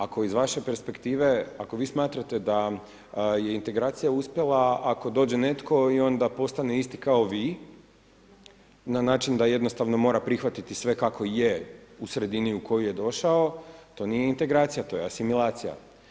Ako iz vaše perspektive, ako vi smatrate da je integracija uspjela, ako dođe netko i onda postane isti kao vi, na način da jednostavno mora prihvatiti sve kako je, u sredini u kojoj je došao, to nije integracija, to je asimilacija.